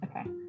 Okay